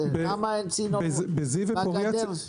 למה לא הביאו את הצינור?